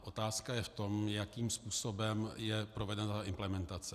Otázka je, jakým způsobem je provedena implementace.